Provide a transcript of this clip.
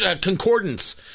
Concordance